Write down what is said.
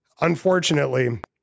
unfortunately